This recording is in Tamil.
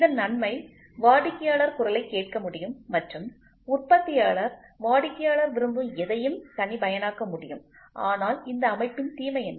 இதன் நன்மை வாடிக்கையாளர் குரலைக் கேட்க முடியும் மற்றும் உற்பத்தியாளர் வாடிக்கையாளர் விரும்பும் எதையும் தனிப்பயனாக்க முடியும்ஆனால் இந்த அமைப்பின் தீமை என்ன